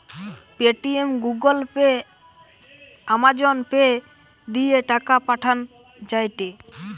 Paytm, Google Pay, Amazon Pay দিয়ে টাকা পাঠান যায়টে